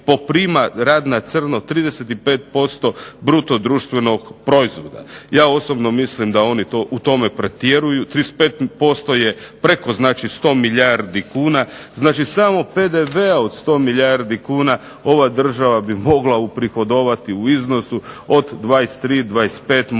poprima rad na crno 35% bruto društvenog proizvoda. Ja osobno mislim da oni u tome pretjeruju. 35% je preko 100 milijardi kuna. Znači PDV-a od 100 milijardi kuna ova država bi mogla uprihodovati u iznosu od 23 do 25 možda i